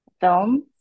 films